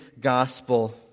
Gospel